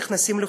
נכנסים לחובות.